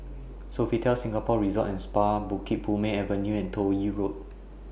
Sofitel Singapore Resort and Spa Bukit Purmei Avenue and Toh Yi Road